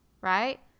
right